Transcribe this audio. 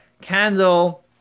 candle